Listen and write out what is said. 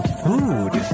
food